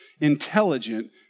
intelligent